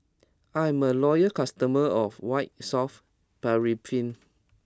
I'm a loyal customer of White Soft Paraffin